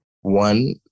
One